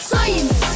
Science